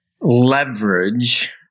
leverage